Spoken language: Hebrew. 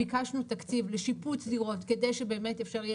ביקשנו תקציב לשיפוץ דירות כדי שבאמת אפשר יהיה